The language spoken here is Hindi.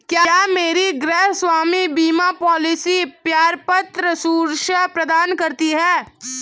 क्या मेरी गृहस्वामी बीमा पॉलिसी पर्याप्त सुरक्षा प्रदान करती है?